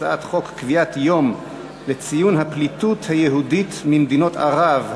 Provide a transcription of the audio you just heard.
הצעת חוק קביעת יום לציון הפליטות היהודית ממדינות ערב,